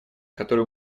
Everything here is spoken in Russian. которую